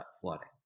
flooding